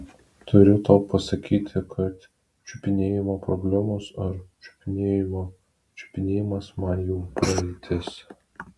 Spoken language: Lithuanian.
turiu tau pasakyti kad čiupinėjimo problemos ar čiupinėjimo čiupinėjimas man jau praeitis